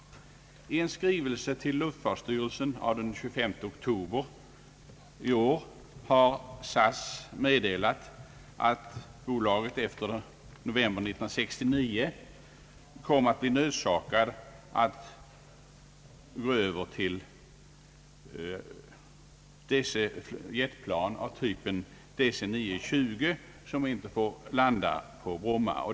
I en skrivelse till luftfartsverket av den 25 oktober i år har SAS meddelat, att bolaget efter november 1969 blir nödsakat att gå över till jetplan av typ DC 9-20, som inte får landa på Bromma.